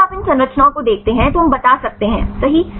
यदि आप इन संरचनाओं को देखते हैं तो हम बता सकते हैं सही